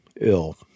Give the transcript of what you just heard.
ill